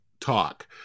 talk